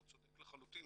הוא צודק לחלוטין,